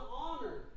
honor